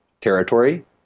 territory